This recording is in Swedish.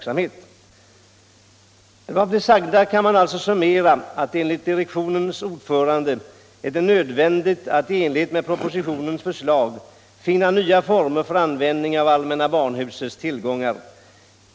sets tillgångar 190 vändigt att i enlighet med propositionens förslag finna nya former för användningen av allmänna barnhusets tillgångar.